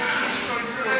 1 נתקבל.